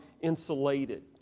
insulated